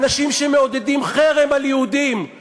אנחנו רוצים לוודא שזה לא יהיה רק בידיים של הענקים.